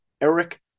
Eric